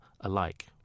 alike